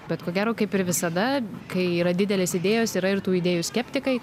bet ko gero kaip ir visada kai yra didelės idėjos yra ir tų idėjų skeptikai